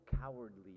cowardly